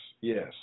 yes